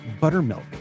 buttermilk